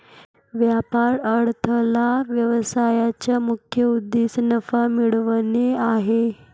व्यापार अडथळा व्यवसायाचा मुख्य उद्देश नफा मिळवणे आहे